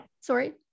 sorry